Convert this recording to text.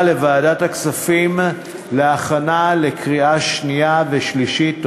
לוועדת הכספים להכנה לקריאה שנייה ושלישית.